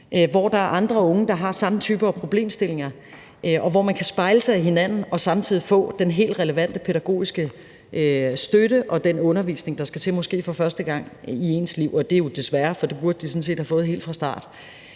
hvor der er andre unge, der har samme type problemstillinger, og hvor man kan spejle sig i hinanden og samtidig få den helt relevante pædagogiske støtte og den undervisning, der skal til, måske for første gang i ens liv – og det er beklageligt, for det burde de sådan set have fået helt fra start